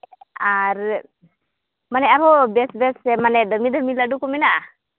ᱟᱨ ᱢᱟᱱᱮ ᱟᱨᱦᱚᱸ ᱵᱮᱥ ᱵᱮᱥ ᱢᱟᱱᱮ ᱫᱟᱹᱢᱤ ᱫᱟᱹᱢᱤ ᱞᱟᱹᱰᱩ ᱠᱚ ᱢᱮᱱᱟᱜᱼᱟ